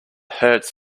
hurts